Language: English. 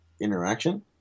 interaction